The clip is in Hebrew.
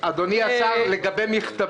עד שני קילומטרים אתה לא מקבל הסעה.